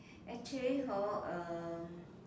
actually hor uh